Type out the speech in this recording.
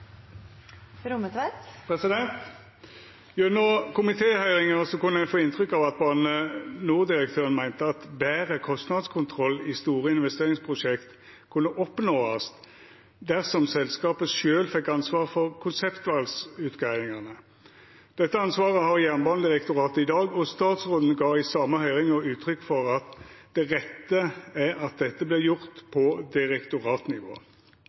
kunne ein få inntrykk av at Bane NOR-direktøren meinte at betre kostnadskontroll i store investeringsprosjekt kunne oppnåast dersom selskapet sjølv fekk ansvaret for konseptvalsutgreiingane. Dette ansvaret har Jernbanedirektoratet i dag, og statsråden gav i den same høyringa uttrykk for at det rette er at dette vert gjort